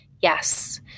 Yes